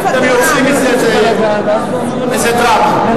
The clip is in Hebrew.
אתם יוצרים מזה איזה דרמה.